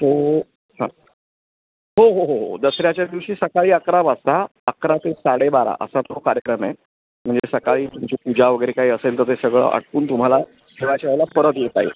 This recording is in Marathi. सो हां हो हो हो हो दसऱ्याच्याच दिवशी सकाळी अकरा वाजता अकरा ते साडेबारा असा तो कार्यक्रम आहे म्हणजे सकाळी तुमची पूजा वगैरे काही असेल तर ते सगळं आटोपून तुम्हाला जेवायच्या वेळेला परत येता येईल